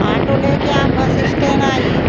auto लेके आप bus station आइए